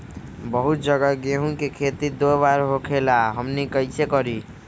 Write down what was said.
बहुत जगह गेंहू के खेती दो बार होखेला हमनी कैसे करी?